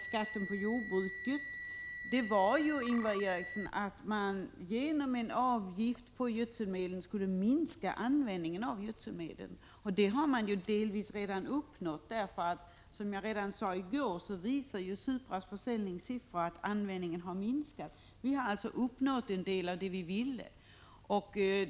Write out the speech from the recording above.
skatten på jordbruket var ju att man genom en avgift på gödselmedel skulle minska användningen av dem. Det målet har delvis redan uppnåtts. Som jag sade i går visar Supras försäljningssiffror att användningen minskat. Vi har alltså uppnått en del av det vi ville.